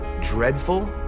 dreadful